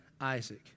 Isaac